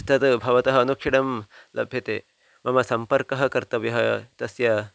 तद् भवतः अनुक्षणं लभ्यते मम सम्पर्कः कर्तव्यः तस्य